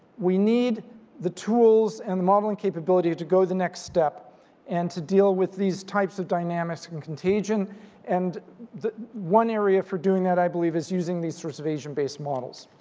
we need the tools and the modeling capability to go the next step and to deal with these types of dynamic and contagion and the one area for doing that i believe is using these sorts of agent-based models.